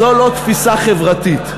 זו לא תפיסה חברתית.